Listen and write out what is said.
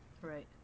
Right